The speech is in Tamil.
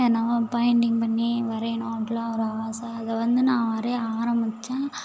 எதுனா பைண்டிங் பண்ணி வரையணும் அப்போலாம் ஒரு ஆசை அதை வந்து நான் வரையை ஆரம்பித்தேன்